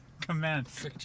Commence